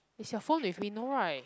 is your phone with me no right